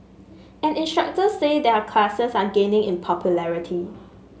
and instructors say their classes are gaining in popularity